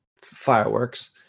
fireworks